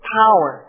power